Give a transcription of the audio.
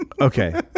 Okay